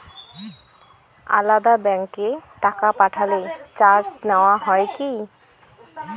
আলাদা ব্যাংকে টাকা পাঠালে চার্জ নেওয়া হয় কি?